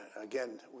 again